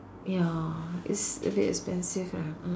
ya it's a bit expensive lah mm